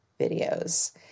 videos